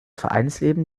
vereinsleben